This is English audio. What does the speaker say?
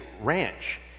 ranch